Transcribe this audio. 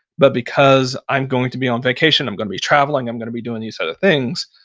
but because i'm going to be on vacation, i'm going to be traveling, i'm going to be doing these other things,